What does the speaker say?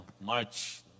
March